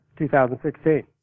2016